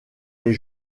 les